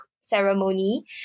ceremony